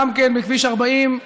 גם כן בכביש 40,